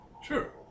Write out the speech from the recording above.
Sure